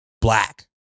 black